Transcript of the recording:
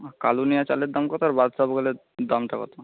কালো নুনিয়া চালের দাম কত আর বাদশাভোগ হলে দামটা কত